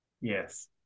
Yes